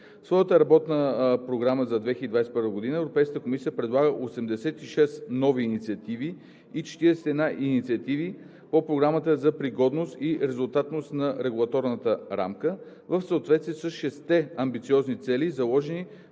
своята Работна програма за 2021 г. Европейската комисия предлага 86 нови инициативи и 41 инициативи по Програмата за пригодност и резултатност на регулаторната рамка (REFIT), в съответствие с шестте амбициозни цели, заложени